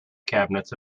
cabinets